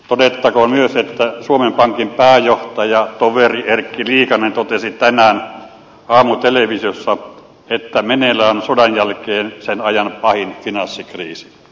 todettakoon myös että suomen pankin pääjohtaja toveri erkki liikanen totesi tänään aamutelevisiossa että meneillä on sodanjälkeisen ajan pahin finanssikriisi